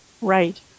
Right